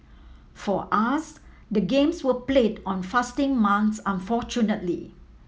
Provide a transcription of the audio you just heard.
for us the games were played on fasting month unfortunately